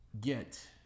get